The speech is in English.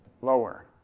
lower